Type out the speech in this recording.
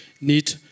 need